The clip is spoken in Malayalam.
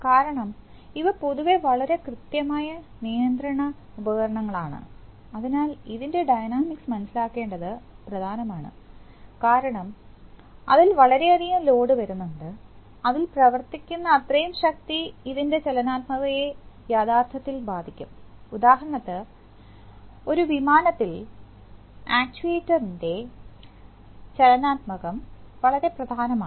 കാരണം ഇവ പൊതുവെ വളരെ കൃത്യമായ നിയന്ത്രണ ഉപകരണങ്ങളാണ് അതിനാൽ ഇതിൻറെ ഡൈനാമിക്സ് മനസിലാക്കേണ്ടത് പ്രധാനമാണ് കാരണം അതിൽ വളരെയധികം ലോഡ് വരുന്നുണ്ട് അതിൽ പ്രവർത്തിക്കുന്ന അത്രയും ശക്തി ഇതിൻറെ ചലനാത്മകതയെ യഥാർത്ഥത്തിൽ ബാധിക്കും ഉദാഹരണത്തിന് ഒരു വിമാനത്തിൽ ആക്യുവേറ്റഎൻറെ എൻറെ ചലനാത്മകം വളരെ പ്രധാനമാണ്